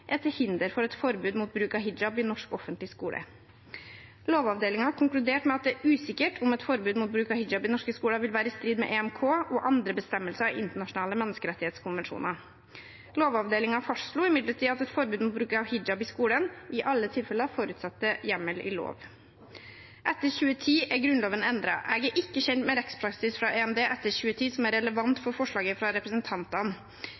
til hinder for et forbud mot bruk av hijab i norsk offentlig skole. Lovavdelingen konkluderte med at det var usikkert om et forbud mot bruk av hijab i norske skoler ville være i strid med EMK og andre bestemmelser i internasjonale menneskerettskonvensjoner. Lovavdelingen fastslo imidlertid at et forbud mot bruk av hijab i skolen i alle tilfeller forutsetter hjemmel i lov. Etter 2010 er Grunnloven endret. Jeg er ikke kjent med rettspraksis fra EMD etter 2010 som er relevant